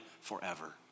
forever